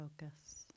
focus